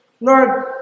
Lord